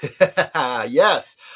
Yes